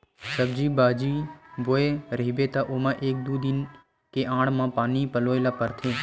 सब्जी बाजी बोए रहिबे त ओमा एक दू दिन के आड़ म पानी पलोए ल परथे